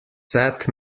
sat